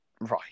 Right